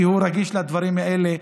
כי הוא רגיש לדברים האלה,